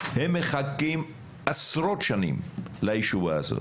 הם מחכים עשרות שנים לישועה הזאת.